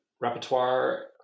repertoire